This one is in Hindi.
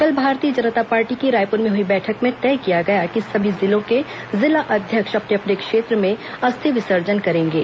कल भारतीय जनता पार्टी की रायपुर में हई बैठक में तय किया गया कि सभी जिलों के जिला अध्यक्ष अपने अपने क्षेत्र में अस्थि विसर्जन करेंगे